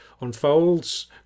unfolds